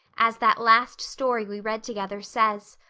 as that last story we read together says.